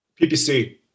PPC